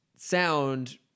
sound